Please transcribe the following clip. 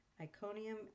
Iconium